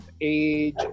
age